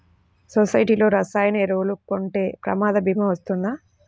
సొసైటీలో రసాయన ఎరువులు కొంటే ప్రమాద భీమా వస్తుందా?